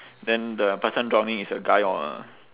then the person drowning is a guy or a